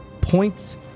points